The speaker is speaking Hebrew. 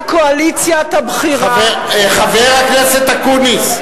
אותה קואליציית הבחירה, חבר הכנסת אקוניס.